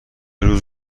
روز